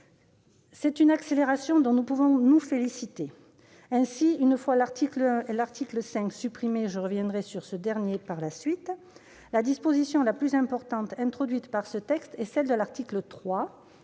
C'est une accélération dont nous pouvons nous féliciter. Ainsi, une fois l'article 1 et l'article 5 supprimés- je reviendrai sur ce dernier dans la suite de mon propos -, la disposition la plus importante introduite par ce texte, à l'article 3,